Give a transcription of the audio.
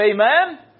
amen